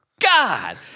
God